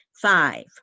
Five